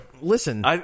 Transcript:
listen